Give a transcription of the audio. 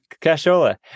cashola